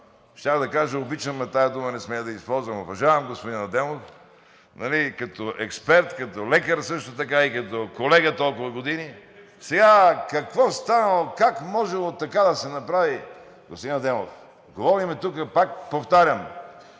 щях да кажа обичам, но тази дума не смея да я използвам, уважавам господин Адемов като експерт, като лекар, също така и като колега толкова години. Сега какво станало, как можело така да се направи. Господин Адемов, говорим тук, пак повтарям